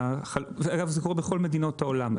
אגב, זה קורה בכל מדינות העולם.